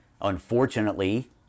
Unfortunately